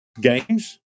games